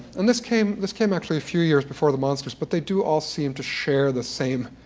and this came this came actually a few years before the monsters, but they do all seem to share the same